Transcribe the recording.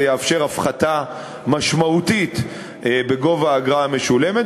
זה יאפשר הפחתה משמעותית בגובה האגרה המשולמת.